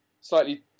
slightly